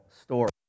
story